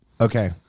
Okay